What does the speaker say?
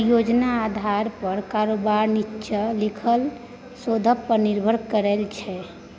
परियोजना आधार पर कारोबार नीच्चां लिखल शोध पर निर्भर करै छै